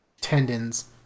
tendons